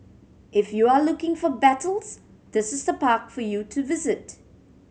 if you're looking for battles this is the park for you to visit